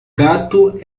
gato